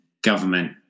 government